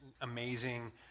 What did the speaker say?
amazing